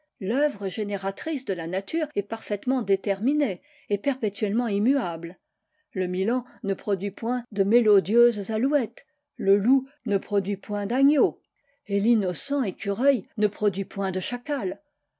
l'œuvre génératrice de la nature est parfaitement déterminée et perpétuellement immuable le milan ne produit point de mélodieuses alouettes le loup ne produit point d'agneaux et l'innocent écureuil ne produit point de chacals